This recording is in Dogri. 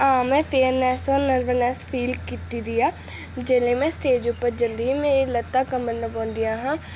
मैं फेयरनैस नर्वसनैस फील कीती दी ऐ जेल्ले मैं स्टेज उप्पर जंदी ही मेरियां लत्तां कम्बन लगी पोंदियां हियां